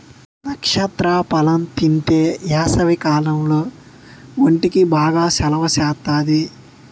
నక్షత్ర ఫలం తింతే ఏసవికాలంలో ఒంటికి బాగా సలవ సేత్తాది